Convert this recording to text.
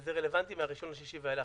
וזה רלוונטי מהראשון ביוני ואילך.